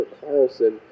Carlson